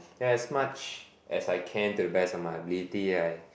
yeah as much as I can to the best of my ability I